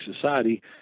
society